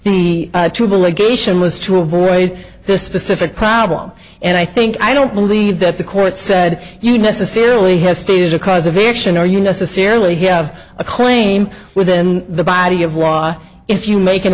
was to avoid the specific problem and i think i don't believe that the court said you necessarily have stated a cause of action or you necessarily have a claim within the body of law if you make a